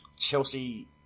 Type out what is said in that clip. Chelsea